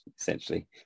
essentially